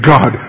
God